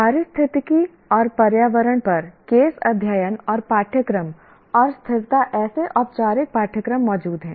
पारिस्थितिकी और पर्यावरण पर केस अध्ययन और पाठ्यक्रम और स्थिरता ऐसे औपचारिक पाठ्यक्रम मौजूद हैं